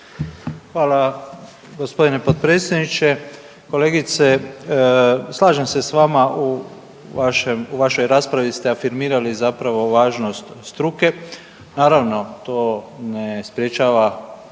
Hvala g. potpredsjedniče. Kolegice, slažem se s vama u vašoj raspravi ste afirmirali zapravo važnost struke, naravno to ne sprečava